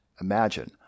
imagine